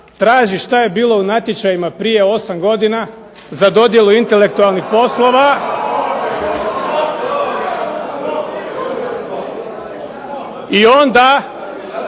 traži što je bilo u natječajima prije 8 godina za dodjelu intelektualnih poslova …